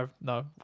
no